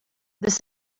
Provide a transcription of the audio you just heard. this